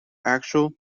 actual